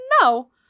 no